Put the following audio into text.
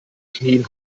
knien